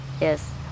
yes